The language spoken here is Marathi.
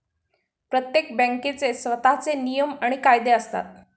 प्रत्येक बँकेचे स्वतःचे नियम आणि कायदे असतात